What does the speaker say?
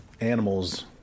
animals